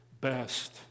best